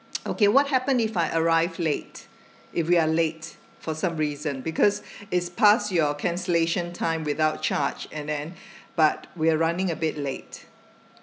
okay what happen if I arrive late if we are late for some reason because it's pass your cancellation time without charge and then but we're running a bit late